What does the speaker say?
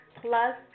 plus